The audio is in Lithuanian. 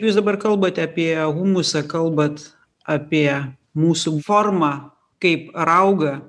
jūs dabar kalbate apie humusą kalbat apie mūsų formą kaip raugą